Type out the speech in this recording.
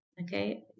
okay